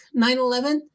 9-11